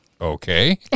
okay